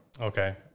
Okay